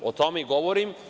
O tome i govorim.